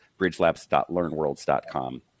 bridgelabs.learnworlds.com